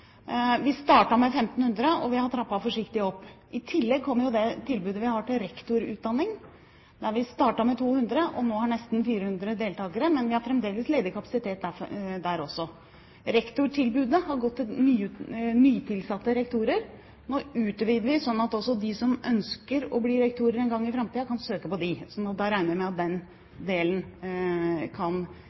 Vi startet med 1 500 – og vi har trappet forsiktig opp. I tillegg kommer tilbudet til rektorutdanning, der vi startet med 200, og nå har nesten 400 deltakere, men vi har fremdeles ledig kapasitet der også. Rektortilbudet har gått til nytilsatte rektorer. Nå utvider vi, slik at de som ønsker å bli rektorer en gang i framtiden, kan søke. Så da regner jeg med at den delen kan